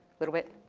little bit.